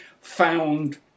found